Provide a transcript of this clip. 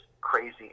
crazy